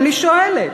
אני שואלת.